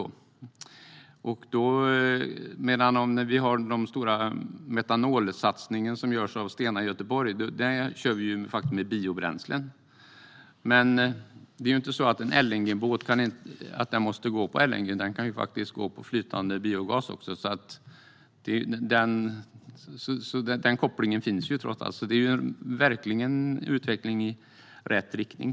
I Stenas stora metanolsatsning i Göteborg kör man dock med biobränslen. En LNG-båt måste ju inte gå på LNG, utan den kan också gå på flytande biogas. Denna koppling finns trots allt, och det är verkligen en utveckling i rätt riktning.